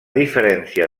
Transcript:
diferència